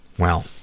well,